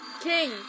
King